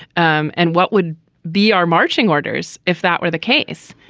um and what would be our marching orders if that were the case.